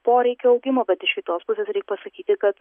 poreikio augimo bet iš kitos pusės reik pasakyti kad